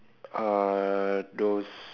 uh those